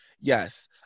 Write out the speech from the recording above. yes